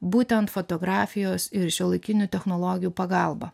būtent fotografijos ir šiuolaikinių technologijų pagalba